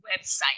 website